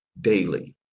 daily